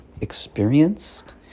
experienced